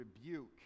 rebuke